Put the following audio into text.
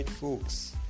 folks